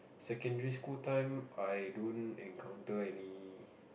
secondary school time I don't encounter any